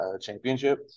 championship